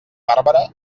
bàrbara